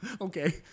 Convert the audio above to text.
Okay